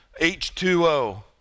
H2O